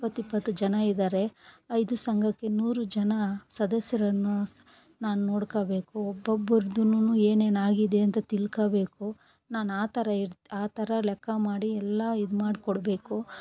ಇಪ್ಪತ್ತು ಇಪ್ಪತ್ತು ಜನ ಇದ್ದಾರೆ ಐದು ಸಂಘಕ್ಕೆ ನೂರು ಜನ ಸದಸ್ಯರನ್ನು ನಾನು ನೋಡ್ಕೋಬೇಕು ಒಬ್ಬೊಬ್ಬರ್ದುನು ಏನೇನಾಗಿದೆ ಅಂತ ತಿಳ್ಕೋಬೇಕು ನಾನು ಆ ಥರ ಇರ್ತೆ ಆ ಥರ ಲೆಕ್ಕ ಮಾಡಿ ಎಲ್ಲ ಇದು ಮಾಡ್ಕೊಡಬೇಕು